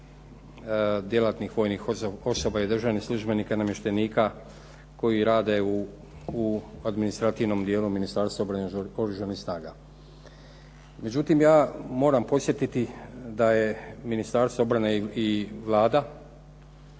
djelatnih vojnih osoba i državnih službenika i namještenika koji rade u administrativnom dijelu Ministarstva obrane i oružanih snaga. Međutim ja moram podsjetiti da je Ministarstvo obrane i Vlada